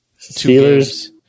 Steelers